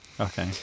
Okay